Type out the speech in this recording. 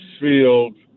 Field